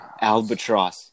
albatross